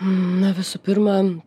na visų pirma